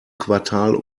quartal